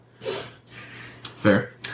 Fair